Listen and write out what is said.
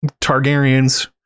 Targaryens